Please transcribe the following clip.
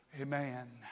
Amen